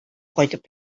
кайтып